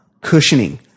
cushioning